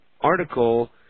article